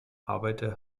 arbeite